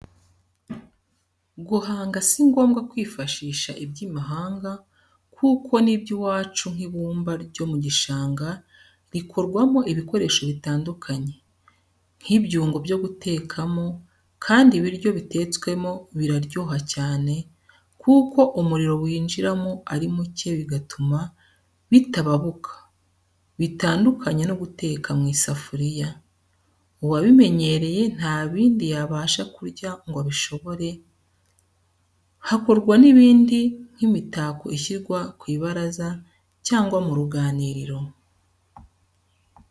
Guhanga si ngombwa kwifashisha iby'imahanga gusa n'iby'iwacu nk'ibumba ryo mu gishanga rikorwamo ibikoresho bitandukanye, nk'ibyungo byo gutekamo, kandi ibiryo bitetswemo biraryoha cyane, kuko umuriro wijiramo ari muke bigatuma bitababuka, bitandukanye no guteka mu isafuriya, uwabimenyereye nta bindi yabasha kurya ngo abishobore, hakorwamo n'ibindi nk'imitako ishyirwa ku ibaraza cyangwa mu ruganiriro.